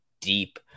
deep